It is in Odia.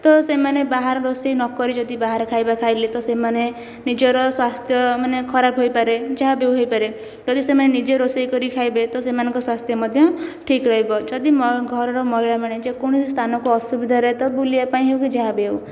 ତ ସେମାନେ ବାହାରେ ରୋଷେଇ ନ କରି ଯଦି ବାହାରେ ଖାଇବା ଖାଇଲେ ତ ସେମାନେ ନିଜର ସ୍ୱାସ୍ଥ୍ୟ ମାନେ ଖରାପ ହୋଇପାରେ ଯାହା ବି ହୋଇପାରେ ଯଦି ସେମାନେ ନିଜେ ରୋଷେଇ କରି ଖାଇବେ ତ ସେମାନଙ୍କ ସ୍ୱାସ୍ଥ୍ୟ ମଧ୍ୟ ଠିକ୍ ରହିବ ଯଦି ଘରର ମହିଳାମାନେ ଯେକୌଣସି ସ୍ଥାନକୁ ଅସୁବିଧାରେ ତ ବୁଲିବା ପାଇଁ ହେଉ କି ଯାହା ବି ହେଉ